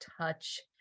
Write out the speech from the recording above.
touch